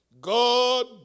God